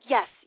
Yes